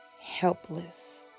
helpless